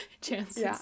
Chances